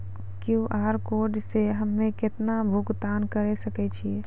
QR code से हम्मय केतना भुगतान करे सके छियै?